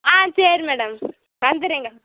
ஆ சரி மேடம் வந்துடுறேங்க